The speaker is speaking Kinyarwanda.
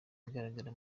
igaragara